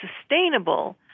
sustainable